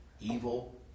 Evil